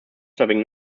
serving